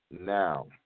now